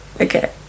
Okay